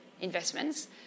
investments